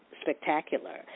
spectacular